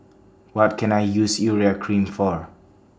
What Can I use Urea Cream For